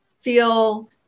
feel